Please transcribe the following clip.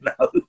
No